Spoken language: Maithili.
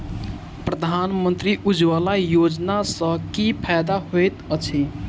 प्रधानमंत्री उज्जवला योजना सँ की फायदा होइत अछि?